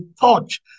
touch